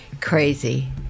crazy